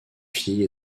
filles